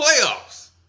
playoffs